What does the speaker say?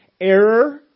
error